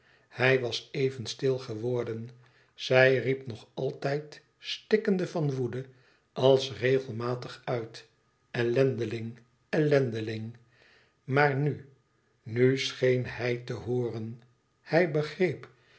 hij was even stil geworden zij riep nog altijd stikkende van woede als regelmatig uit ellendeling ellendeling maar nu nu scheen hij te hooren hij begreep